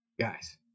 guys